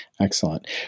excellent